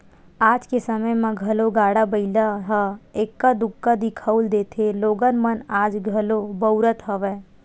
आज के समे म घलो गाड़ा बइला ह एक्का दूक्का दिखउल देथे लोगन मन आज घलो बउरत हवय